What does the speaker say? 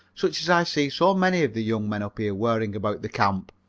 such as i see so many of the young men up here wearing about the camp?